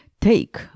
take